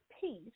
peace